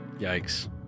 yikes